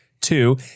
Two